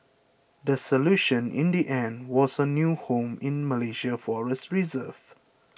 the solution in the end was a new home in a Malaysian forest reserve